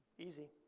easy.